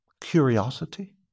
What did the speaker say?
curiosity